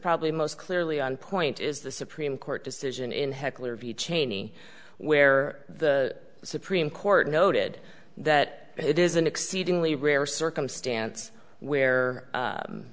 probably most clearly on point is the supreme court decision in hechler v cheney where the supreme court noted that it is an exceedingly rare circumstance where